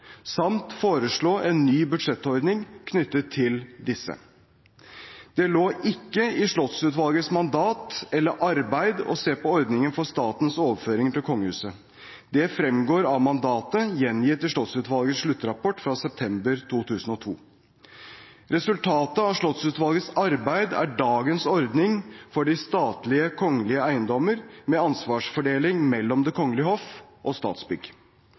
samt å foreslå en ny budsjettordning knyttet til disse. Det lå ikke i Slottsutvalgets mandat eller arbeid å se på ordningen for statens overføringer til kongehuset. Dette fremgår av mandatet, gjengitt i Slottsutvalgets sluttrapport fra september 2002. Resultatet av Slottsutvalgets arbeid er dagens ordning for de statlige kongelige eiendommer med ansvarsdeling mellom Det kongelige hoff og Statsbygg.